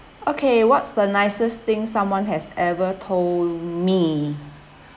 okay what's the nicest thing someone has ever told me